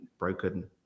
broken